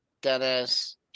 Dennis